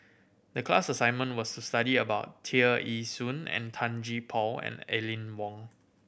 the class assignment was to study about Tear Ee Soon and Tan Gee Paw and Aline Wong